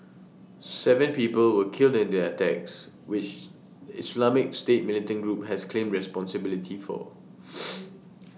Seven people were killed in the attacks which Islamic state militant group has claimed responsibility for